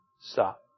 Stop